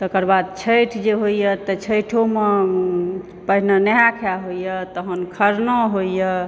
तकर बाद छठि जे होइए तऽ छठिओमऽ पहिने नहाय खाय होइए तहन खरना होइए